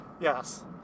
Yes